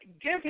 give